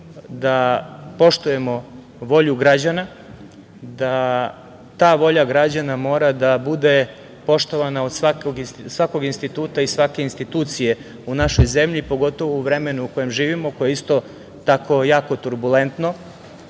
da poštujemo volju građana, da ta volja građana mora da bude poštovana od svakog instituta i svake institucije u našoj zemlji, pogotovo u vremenu u kojem živimo, koje je isto tako jako turbulentno. Siguran